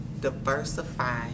diversify